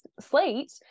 slate